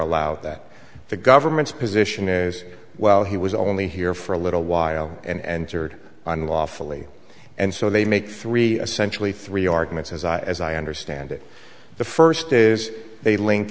allowed that the government's position is well he was only here for a little while and heard unlawfully and so they make three essential three arguments as i as i understand it the first is they link